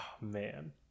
man